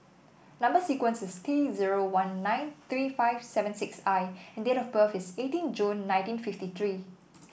number sequence is T zero one nine three five seven six I and date of birth is eighteen June nineteen fifty three